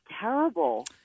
terrible